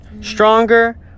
Stronger